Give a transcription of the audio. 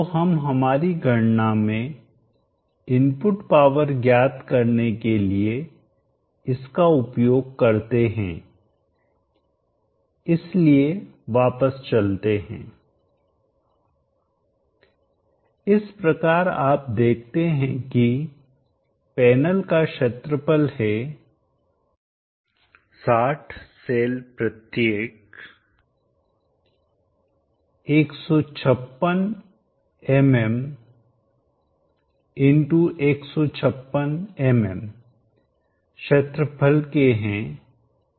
तो हम हमारी गणना में इनपुट पावर ज्ञात करने के लिए इसका उपयोग करते हैं इसलिए वापस चलते हैं इस प्रकार आप देखते हैं कि पैनल का क्षेत्रफल है 60 सेल प्रत्येक 156 mm x 156 mm क्षेत्रफल के हैं